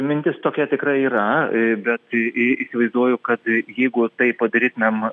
mintis tokia tikrai yra bet ii įsivaizduoju kad jeigu tai padarytumėm